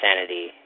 insanity